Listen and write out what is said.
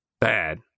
bad